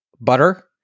butter